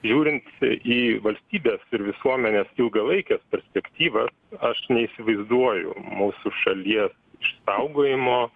žiūrint į valstybės ir visuomenės ilgalaikes perspektyvas aš neįsivaizduoju mūsų šalies išsaugojimo